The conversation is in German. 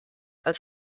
als